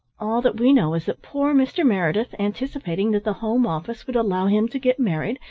all that we know is that poor mr. meredith, anticipating that the home office would allow him to get married,